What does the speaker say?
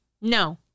no